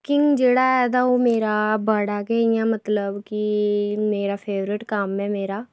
cooking जेह्ड़ा ऐ ओह् मेरा बड़ा गै मतलब की मेरा फेवरेट कम्म ऐ मेरा